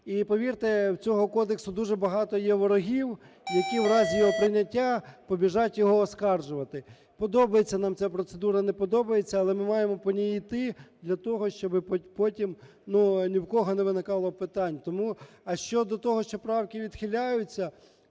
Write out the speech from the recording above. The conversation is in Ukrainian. І, повірте, в цього кодексу дуже багато є ворогів, які в разі його прийняття побіжать його оскаржувати. Подобається нам ця процедура, не подобається, але ми маємо по ній іти для того, щоб потім ні в кого не виникало питань. Тому… А щодо того, що правки відхиляються,